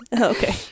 Okay